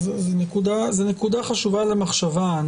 זאת נקודה חשובה למחשבה.